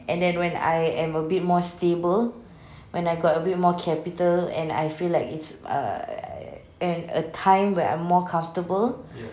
and then when I am a bit more stable when I got a bit more capital and I feel like it's err and a time where I'm more comfortable